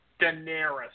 Daenerys